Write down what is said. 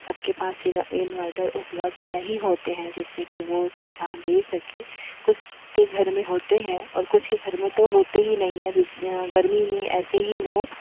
सबके पास इनवर्टर उपलब्ध नहीं होते हैं जिससे की वह सुविधा दे सकें कुछ के घर में होते हैं और कुछ के घर में तो होते ही नहीं है बिज गर्मी में ऐसे ही वह